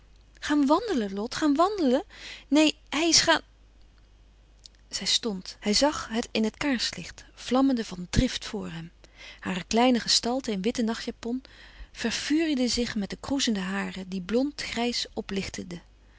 gaan wandelen lot gaan wandelen neen hij is gaan zij stond hij zag het in het kaarslicht vlammende van drift voor hem hare kleine gestalte in witte nachtjapon verfuriede zich met de kroezende haren die blond grijs oplichteden